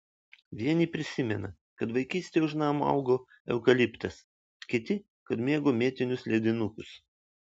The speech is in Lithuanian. vieni prisimena kad vaikystėje už namo augo eukaliptas kiti kad mėgo mėtinius ledinukus